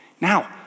Now